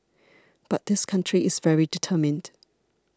but this country is very determined